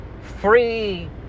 free